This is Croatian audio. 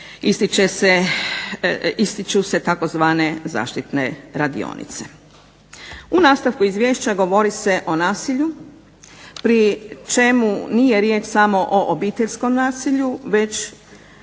ističu se tzv. zaštitne radionice. U nastavku izvješća govori se o nasilju pri čemu nije riječ samo o obiteljskom nasilju već